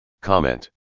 Comment